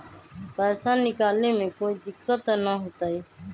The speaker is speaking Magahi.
पैसा निकाले में कोई दिक्कत त न होतई?